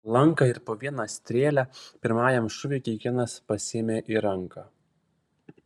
lanką ir po vieną strėlę pirmajam šūviui kiekvienas pasiėmė į ranką